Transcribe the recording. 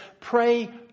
Pray